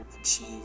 achieve